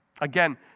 Again